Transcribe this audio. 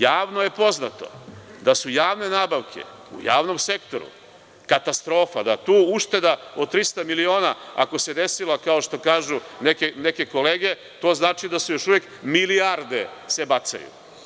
Javno je poznato da su javne nabavke u javnom sektoru katastrofa, da tu ušteda od 300 miliona, ako se desila, kao što kažu neke kolege, to znači da se još uvek milijarde bacaju.